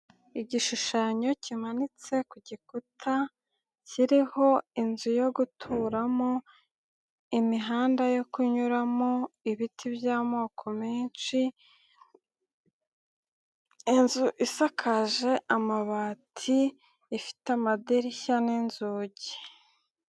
Igishushanyo kimanitse ku gikuta kiriho inzu yo guturamo, imihanda yo kunyuramo, ibiti by'amoko menshi. Iyo nzu isakaje amabati ifite amadirishya n'inzugi.